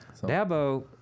Dabo